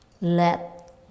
let